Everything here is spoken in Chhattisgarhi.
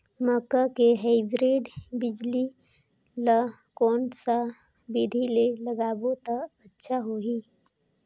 मक्का के हाईब्रिड बिजली ल कोन सा बिधी ले लगाबो त अच्छा होहि?